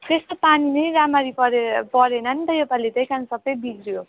त्यस्तो पानी नै रामरी परे परेन नि त योपालि त्यही कारण सबै बिग्रियो